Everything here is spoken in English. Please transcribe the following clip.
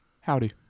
Howdy